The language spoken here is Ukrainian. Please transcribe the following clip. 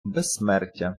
безсмертя